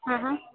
ਹਾਂ ਹਾਂ